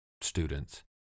students